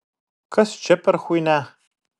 kas čia per chuinia